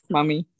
Mummy